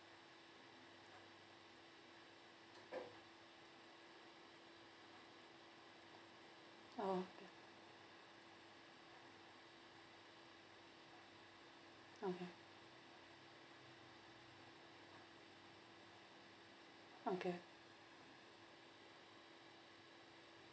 oh okay okay